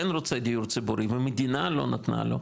כן רוצה דיור ציבורי והמדינה לא נתנה לו,